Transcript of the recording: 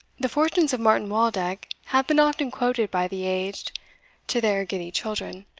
the fortunes of martin waldeck have been often quoted by the aged to their giddy children,